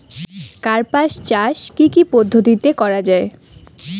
কার্পাস চাষ কী কী পদ্ধতিতে করা য়ায়?